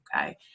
Okay